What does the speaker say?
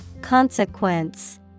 Consequence